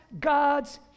God's